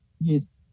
Yes